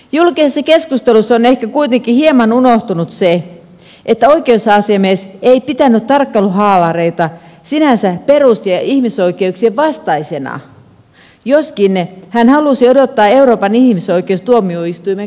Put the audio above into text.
julkisessa keskustelussa on ehkä kuitenkin hieman unohtunut se että oikeusasiamies ei pitänyt tarkkailuhaalareita sinänsä perus ja ihmisoikeuksien vastaisena joskin hän halusi odottaa euroopan ihmisoikeustuomioistuimen kannanottoa